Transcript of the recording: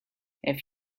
have